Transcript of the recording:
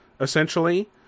essentially